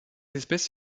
espèce